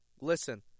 Listen